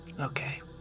Okay